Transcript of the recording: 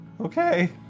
Okay